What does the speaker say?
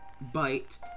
Bite